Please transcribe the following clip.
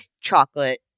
chocolate